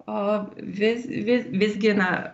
o vis vis visgi na